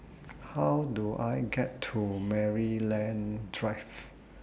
How Do I get to Maryland Drive